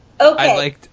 Okay